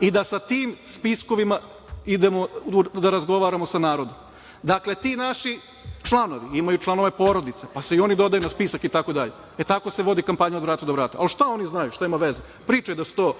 i da sa tim spiskovima idemo da razgovaramo sa narodom. Dakle, ti naši članovi imaju članove porodica, pa se i oni dodaju na spisak itd, e tako se vodi kampanja od vrata do vrata, ali šta oni znaju, šta ima veze. Pričaju da su to